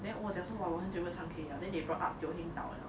then oh 讲说我很久没有唱 K 了 then they brought up Teo Heng 到了